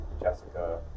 Jessica